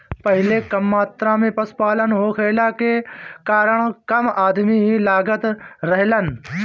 पहिले कम मात्रा में पशुपालन होखला के कारण कम अदमी ही लागत रहलन